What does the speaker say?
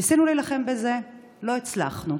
ניסינו להילחם בזה, לא הצלחנו.